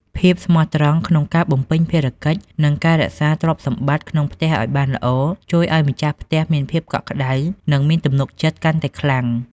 ភាពស្មោះត្រង់ក្នុងការបំពេញភារកិច្ច និងការរក្សាទ្រព្យសម្បត្តិក្នុងផ្ទះឱ្យបានល្អ ជួយឱ្យម្ចាស់ផ្ទះមានភាពកក់ក្តៅ និងមានទំនុកចិត្តកាន់តែខ្លាំង។